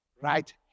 right